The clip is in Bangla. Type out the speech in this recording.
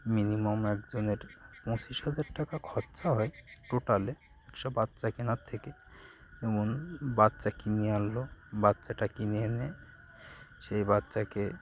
মিনিমাম একজনের পঁচিশ হাজার টাকা খরচা হয় টোটালে একশো বাচ্চা কেনার থেকে যেমন বাচ্চা কিনে আনল বাচ্চাটা কিনে এনে সেই বাচ্চাকে